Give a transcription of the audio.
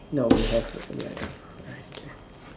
no we have we are done alright K